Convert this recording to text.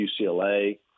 UCLA